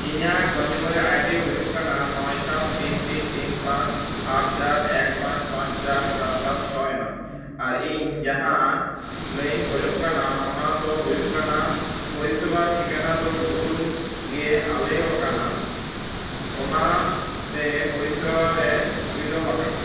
ᱤᱧᱟᱹᱜ consumer I D ᱦᱩᱭᱩᱜ ᱠᱟᱱᱟ ᱱᱚᱭ ᱥᱟᱛ ᱛᱤᱱ ᱛᱤᱱ ᱛᱤᱱ ᱯᱟᱸᱪ ᱟᱴ ᱪᱟᱨ ᱮᱠ ᱯᱟᱸᱪ ᱯᱟᱸᱪ ᱪᱟᱨ ᱥᱟᱛ ᱥᱟᱛ ᱪᱷᱚᱭ ᱱᱚᱭ ᱟᱨ ᱤᱧ ᱡᱟᱦᱟᱸ ᱞᱟᱹᱭᱟᱹᱧ ᱠᱷᱚᱡᱚᱜ ᱠᱟᱱᱟ ᱚᱱᱟᱫᱚ ᱦᱩᱭᱩᱜ ᱠᱟᱱᱟ ᱯᱚᱨᱤᱥᱮᱵᱟ ᱴᱷᱤᱠᱟᱹᱱᱟ ᱫᱚ ᱵᱷᱩᱞ ᱜᱮ ᱟᱞᱮᱣ ᱠᱟᱱᱟ ᱚᱱᱟᱛᱮ ᱯᱚᱨᱤᱥᱮᱵᱟ ᱨᱮ ᱵᱤᱞᱚᱢ ᱟᱠᱟᱱᱟ